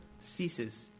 ceases